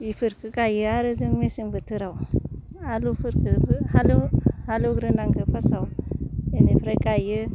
बेफोरखौ गायो आरो जों मेसें बोथोराव आलुफोरखौबो हालौ हालौग्रोनांगौ फास्टआव बेनिफ्राय गायो